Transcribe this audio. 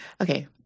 Okay